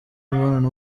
imibonano